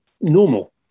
normal